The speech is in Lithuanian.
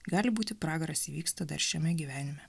gali būti pragaras įvyksta dar šiame gyvenime